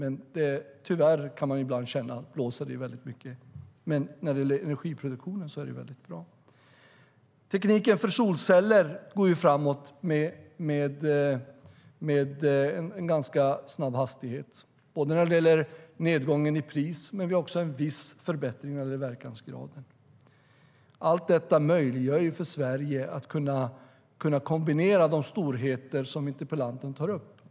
Man kan ibland tycka att det blåser alltför mycket, men när det gäller energiproduktionen är det bra. Tekniken för solceller går framåt med ganska hög hastighet. Det gäller både nedgången i pris och också en viss förbättring beträffande verkansgraden. Allt detta möjliggör för Sverige att kombinera de storheter som interpellanten tar upp.